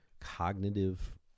cognitive